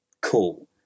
Cool